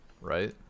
right